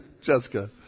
Jessica